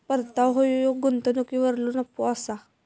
परतावो ह्यो गुंतवणुकीवरलो नफो असा